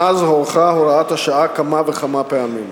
מאז הוארכה הוראת השעה כמה וכמה פעמים.